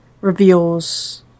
reveals